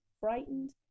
frightened